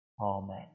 Amen